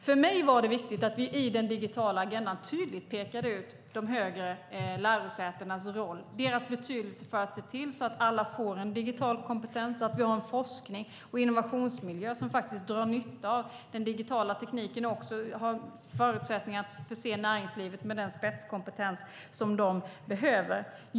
För mig var det viktigt att vi i den digitala agendan tydligt pekade ut de högre lärosätenas roll, deras betydelse för att se till att alla får digital kompetens och att vi har en forsknings och innovationsmiljö som drar nytta av den digitala tekniken och också har förutsättningar att förse näringslivet med den spetskompetens som det behöver.